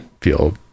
feel